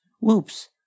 Whoops